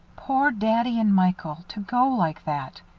poor daddy and michael to go like that.